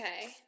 Okay